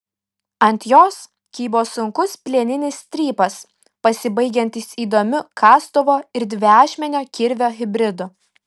ant jos kybo sunkus plieninis strypas pasibaigiantis įdomiu kastuvo ir dviašmenio kirvio hibridu